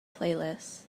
playlist